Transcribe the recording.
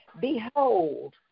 Behold